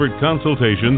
consultations